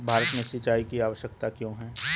भारत में सिंचाई की आवश्यकता क्यों है?